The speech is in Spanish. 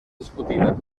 discutida